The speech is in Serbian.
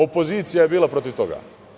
Opozicija je bila protiv toga.